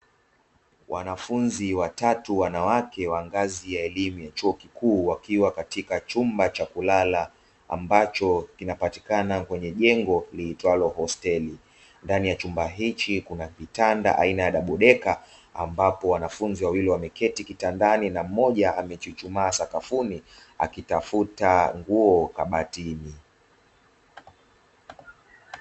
Wanafunzi watatu wanawake wakiwa katika ngazi ya chuo kikuu, wakiwa katika chumba Cha kulala, ambacho kinapatika kwenye jengo linalopatikana liitwalo hosteli, ndani ya chumba hicho Kuna kitanda Cha dabo deka , ambapo wanafunzi wawili wameketi kitamdani na Mmoja ameketi sakafuni akitafuta nguo kabatini .